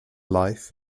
life